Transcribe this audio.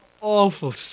awful